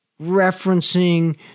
referencing